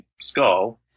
skull